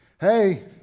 hey